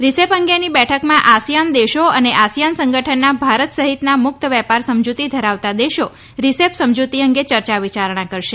RCEP અંગેની બેઠકમાં ASEAN દેશો અને આસિયાન સંગઠનના ભારત સહિતના મુક્ત વેપાર સમજુતી ધરાવતા દેશો રિસેપ સમજુતી અંગે યર્યા વિચારણા કરશે